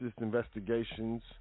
investigations